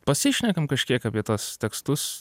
pasišnekam kažkiek apie tuos tekstus